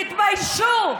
תתביישו.